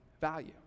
value